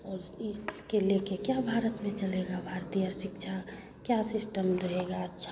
और इसके ले कर क्या भारत में चलेगा भारतीय शिक्षा क्या सिस्टम रहेगा अच्छा